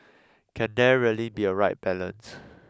can there really be a right balance